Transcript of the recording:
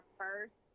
first